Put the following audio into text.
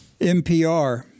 NPR